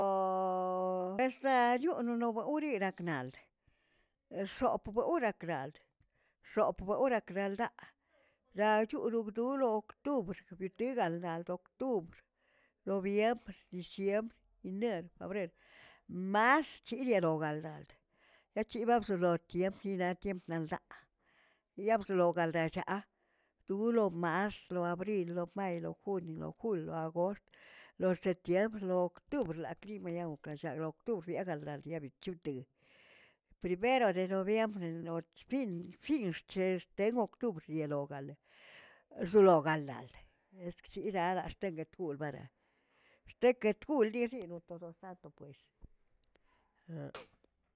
ersaꞌayonono uriꞌnaknald, x̱opbeo urakraꞌld x̱opbeoꞌ urakraldaꞌa laꞌchorob duu loktubr reguitegalg octubr, noviembre, diciembr, iner febrer, march chiriogaldad, laꞌ chi ba wsoro tiempkinaꞌ naꞌ tiempo naldaꞌa ya'bzolo galꞌdaꞌchaꞌa duu lo mars, lo abril, lo may, lo junio, lo jul, lo agost, lo septiembre, lo octubr laꞌclim mayakallakaꞌ lo octubr yagala yaglbid chupten primero de noviembre loch fin fin ̱xc̱he len octubre yelogale zlogaldad eskchirara xten yetgoꞌl bara' xteket gunlixiꞌ todosantos pues.